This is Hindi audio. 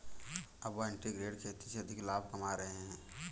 अब वह इंटीग्रेटेड खेती से अधिक लाभ कमा रहे हैं